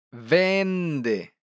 Vende